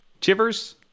Chivers